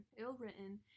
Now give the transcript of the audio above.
ill-written